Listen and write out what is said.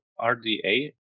RDA